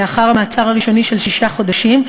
לאחר המעצר הראשוני של שישה חודשים,